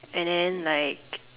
and then like